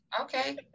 okay